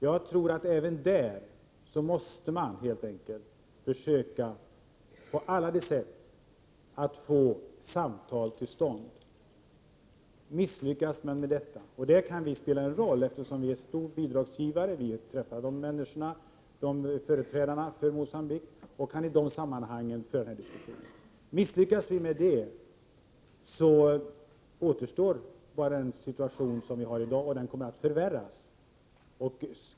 Jag tror att man även där helt enkelt måste försöka på alla de sätt att få samtal till stånd. Där kan vi spela en roll, eftersom vi är en stor bidragsgivare och träffar företrädarna för Mogambique. Misslyckas vi med det, återstår bara den situation som vi har i dag, och den kommer att förvärras.